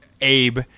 Abe